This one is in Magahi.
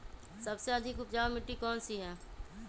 सबसे अधिक उपजाऊ मिट्टी कौन सी हैं?